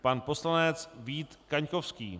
Pan poslanec Vít Kaňkovský.